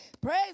praise